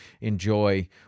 enjoy